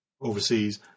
overseas